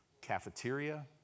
cafeteria